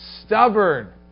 stubborn